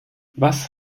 was